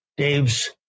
Dave's